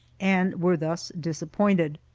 and were thus disappointed.